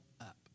up